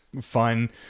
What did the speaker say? fun